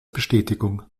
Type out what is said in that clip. bestätigung